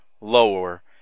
lower